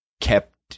kept